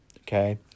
okay